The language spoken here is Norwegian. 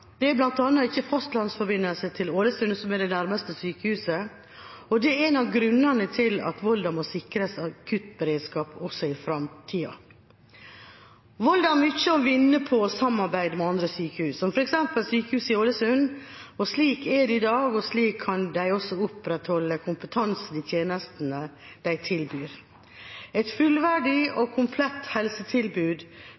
Det er bl.a. ikke fastlandsforbindelse til Ålesund, som er det nærmeste sykehuset. Det er en av grunnene til at Volda må sikres akuttberedskap også i framtida. Volda har mye å vinne på å samarbeide med andre sykehus, f.eks. sykehuset i Ålesund. Slik er det i dag, og slik kan de også opprettholde kompetansen i tjenestene de tilbyr. Et fullverdig og